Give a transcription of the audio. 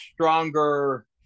stronger